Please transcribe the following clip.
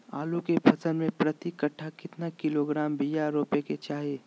आलू के फसल में प्रति कट्ठा कितना किलोग्राम बिया रोपे के चाहि?